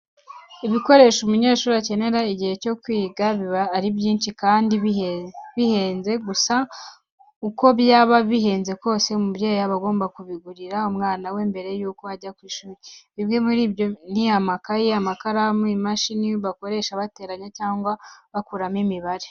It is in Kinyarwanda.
Ibikoresho umunyeshuri akenera igihe cyo kwiga biba ari byinshi kandi bihenze. Gusa uko byaba bihenze kose, umubyeyi aba agomba kubigurira umwana we mbere y'uko ajya ku ishuri. Bimwe muri byo ni amakayi, amakaramu, imashini bakoresha bateranya cyangwa bakuramo imibare.